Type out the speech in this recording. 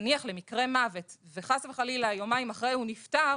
נניח למקרה מוות וחס וחלילה יומיים אחרי הוא נפטר